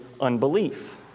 unbelief